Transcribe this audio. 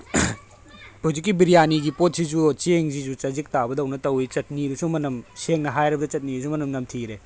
ꯍꯧꯖꯤꯛꯀꯤ ꯕ꯭ꯔꯤꯌꯥꯅꯤꯒꯤ ꯄꯣꯠꯁꯤꯁꯨ ꯆꯦꯡꯁꯤꯁꯨ ꯆꯖꯤꯛ ꯇꯥꯕꯗꯧꯅ ꯇꯧꯏ ꯆꯠꯇꯅꯤꯗꯨꯁꯨ ꯃꯅꯝ ꯁꯦꯡꯅ ꯍꯥꯏꯔꯕꯗ ꯆꯠꯇꯅꯤꯗꯨꯁꯨ ꯃꯅꯝ ꯅꯝꯊꯤꯔꯦ